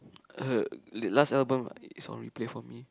her last album is on replay for me